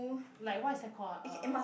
like what is that call ah uh